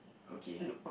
okay